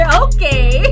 okay